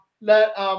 let